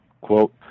Quote